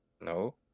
No